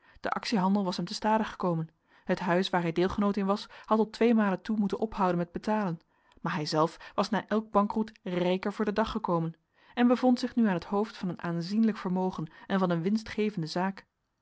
de actiehandel was hem te stade gekomen het huis waar hij deelgenoot in was had tot tweemalen toe moeten ophouden met betalen maar hij zelf was na elk bankroet rijker voor den dag gekomen en bevond zich nu aan het hoofd van een aanzienlijk vermogen en van een winstgevende zaak